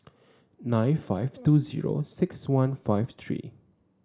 nine five two zero six one five three